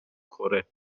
کره